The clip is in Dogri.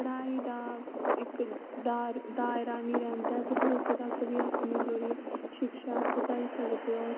पढ़ाई दा इक दायरा नी रैंह्दा तुस लोकें तक बी अपनी जेह्ड़ी शिक्षा ऐ ओह् पज़ाई सकदे ओ